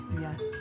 Yes